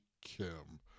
Kim